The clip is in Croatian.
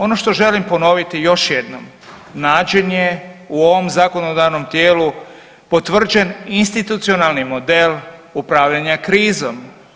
Ono što želim ponoviti još jednom, način je u ovom zakonodavnom tijelu potvrđen institucionalni model upravljanja krizom.